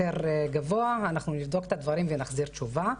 גבוה אנחנו נבדוק את הדברים ונחזיר תשובה.